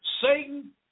Satan